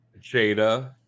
Jada